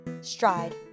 Stride